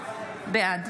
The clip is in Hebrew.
בעד